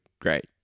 great